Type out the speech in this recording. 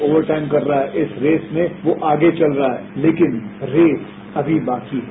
over time कर रहा है इस रेस मेंवो आगे चल रहा है लेकिन रेस अभी बाकी है